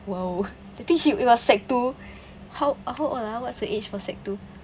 !whoa! the thing she it was sec two how how old ah what's the age for sec two